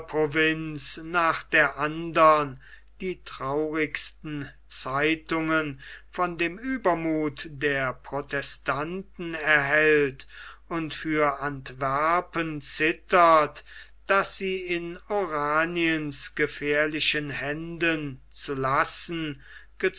nach der andern die traurigsten zeitungen von dem uebermuthe der protestanten erhält und für antwerpen zittert das sie in oraniens gefährlichen händen zu lassen